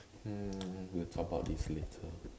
hmm we'll talk about this later